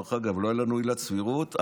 לא הייתה לנו עילת סבירות,